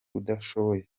udashoboye